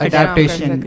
Adaptation